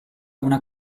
una